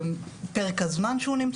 פרק הזמן שהוא נמצא.